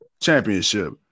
Championship